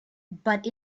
but